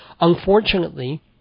Unfortunately